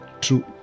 True